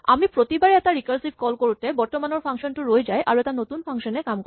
আমি প্ৰতিবাৰে এটা ৰিকাৰছিভ কল কৰোঁতে বৰ্তমানৰ ফাংচন টো ৰৈ যায় আৰু এটা নতুন ফাংচন এ কাম কৰে